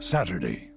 Saturday